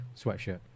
sweatshirt